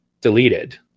deleted